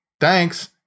thanks